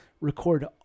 record